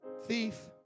thief